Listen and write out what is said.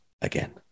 again